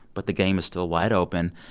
but the game is still wide open.